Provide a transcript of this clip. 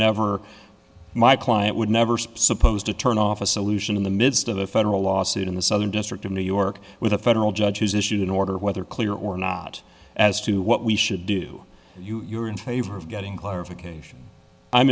never my client would never supposed to turn off a solution in the midst of a federal lawsuit in the southern district of new york with a federal judge has issued an order whether clear or not as to what we should do you are in favor of getting clarification i'm